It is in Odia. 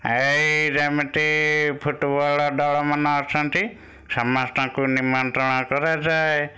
ଏଇ ଯେମିତି ଫୁଟୁବଲ ଦଳମାନେ ଆସନ୍ତି ସମସ୍ତଙ୍କୁ ନିମନ୍ରଣ କରାଯାଏ